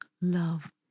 love